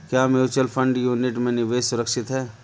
क्या mutual fund unit में निवेश सुरक्षित है?